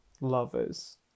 lovers